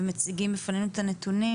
ומציגים בפנינו את הנתונים,